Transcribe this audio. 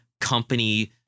company